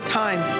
time